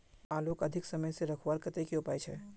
आलूक अधिक समय से रखवार केते की उपाय होचे?